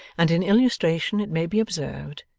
and in illustration it may be observed,